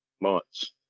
months